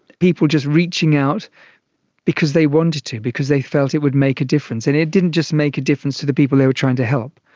people just reaching out because they wanted to, because they felt it would make a difference. and it didn't just make a difference to the people they were trying to help,